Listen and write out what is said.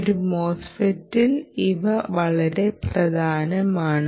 ഒരു മോസ്ഫെറ്റിൽ ഇവ വളരെ പ്രധാനമാണ്